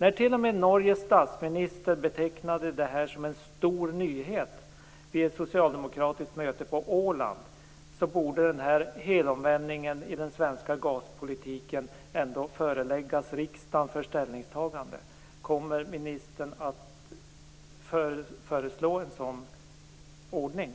När t.o.m. Norges statsminister betecknade detta som en stor nyhet vid ett socialdemokratiskt möte på Åland borde denna helomvändning i den svenska gaspolitiken föreläggas riksdagen för ställningstagande. Kommer ministern att föreslå en sådan ordning?